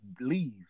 leave